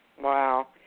Wow